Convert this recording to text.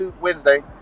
Wednesday